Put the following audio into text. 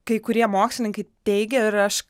kai kurie mokslininkai teigia ir aš